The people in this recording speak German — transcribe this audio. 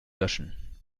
löschen